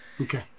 Okay